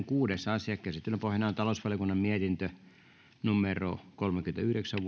kuudes asia käsittelyn pohjana on talousvaliokunnan mietintö kolmekymmentäyhdeksän